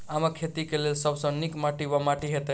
आमक खेती केँ लेल सब सऽ नीक केँ माटि वा माटि हेतै?